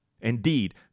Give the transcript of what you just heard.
Indeed